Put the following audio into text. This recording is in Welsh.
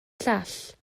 llall